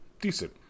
decent